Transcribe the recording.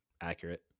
accurate